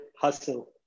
Hustle